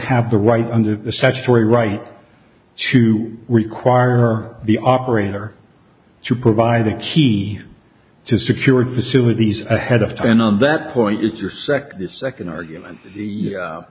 have the right under the statutory right to require the operator to provide a key to secure facilities ahead of time and on that point it's your sect the second argument